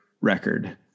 record